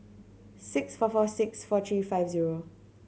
six four four six four three five zero